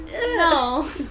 No